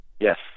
Yes